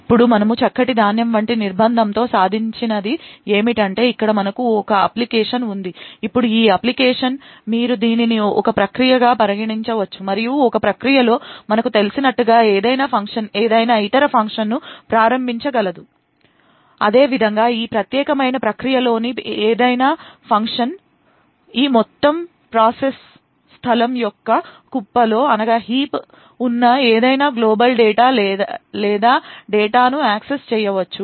ఇప్పుడు మనము చక్కటి ధాన్యం వంటి నిర్బంధంతో సాధించినది ఏమిటంటే ఇక్కడ మనకు ఒక అప్లికేషన్ ఉంది ఇప్పుడు ఈ అప్లికేషన్ మీరు దీనిని ఒక ప్రక్రియగా పరిగణించవచ్చు మరియు ఒక ప్రక్రియలో మనకు తెలిసినట్లుగా ఏదైనా ఫంక్షన్ ఏదైనా ఇతర ఫంక్షన్ను ప్రారంభించగలదు అదేవిధంగా ఈ ప్రత్యేకమైన ప్రక్రియలోని ఏదైనా ఫంక్షన్ ఈ మొత్తం ప్రాసెస్ స్థలం యొక్క కుప్పలో ఉన్న ఏదైనా గ్లోబల్ డేటా లేదా డేటాను యాక్సెస్ చేయవచ్చు